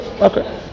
Okay